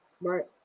Right